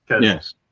Yes